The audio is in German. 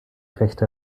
rechte